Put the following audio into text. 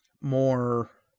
more